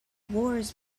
wars